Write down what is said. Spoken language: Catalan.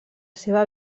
seva